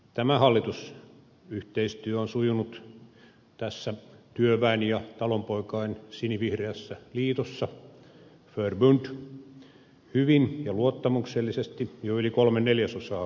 tämä hallitusyhteistyö on sujunut tässä työväen ja talonpoikain sinivihreässä liitossa förbund hyvin ja luottamuksellisesti jo yli kolme neljäsosaa vaalikaudesta